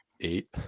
eight